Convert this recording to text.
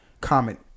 comment